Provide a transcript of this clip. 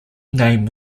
name